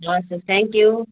हजुर थ्याङ्कयू